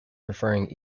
preferring